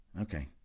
okay